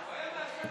אפשר לעבור להצבעה?